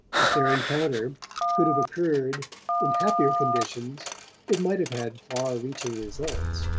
if their encounter could have occurred in happier conditions it might have had far-reaching results.